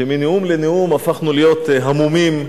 שמנאום לנאום הפכנו להיות המומים.